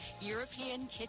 European